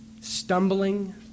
stumbling